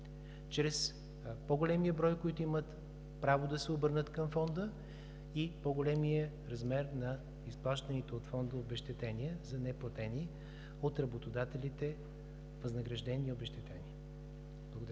чрез по-големият брой, които имат право да се обърнат към Фонда и по-големия размер на изплащаните от Фонда обезщетения за неплатени от работодателите възнаграждения и обезщетения. Благодаря